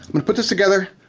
i mean put this together,